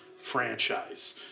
franchise